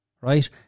Right